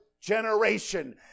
generation